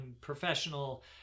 professional